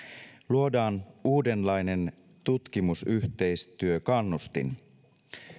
luodaan uudenlainen tutkimusyhteistyökannustin